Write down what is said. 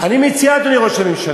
אני מציע, אדוני ראש הממשלה,